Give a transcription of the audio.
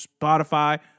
Spotify